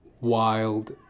wild